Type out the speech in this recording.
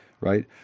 right